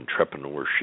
entrepreneurship